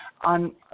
on